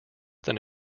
than